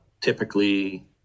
Typically